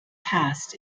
passed